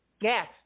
Yes